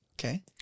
Okay